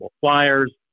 flyers